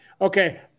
Okay